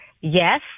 Yes